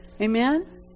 Amen